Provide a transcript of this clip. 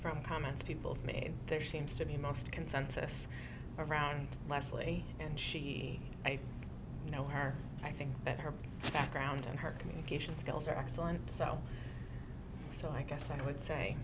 from comments people made there seems to be most consensus around leslie and she i know her i think that her background and her communication skills are excellent so so i guess i would say